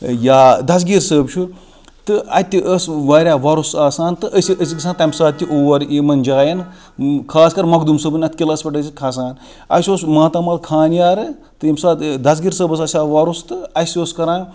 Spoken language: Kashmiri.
یا دَسگیٖر صوب چھُ تہٕ اَتہِ اوس واریاہ وۄرُس آسان تہٕ اَتہِ تہِ ٲسۍ أسۍ گَژھان تَمہِ ساتہِ تہِ اور یِمن جایَن خاص کر مۄخدوٗد صوبُن اَتھ قِلَس پٮ۪ٹھ ٲسۍ أسۍ کھَسان اسہِ اوس ماتامال خانیارٕ تہٕ ییٚمہِ ساتہِ دَسگیٖر صٲبَس آسہِ ہا وۄرُس تہٕ اسہِ اوس کَران